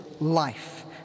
Life